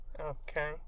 Okay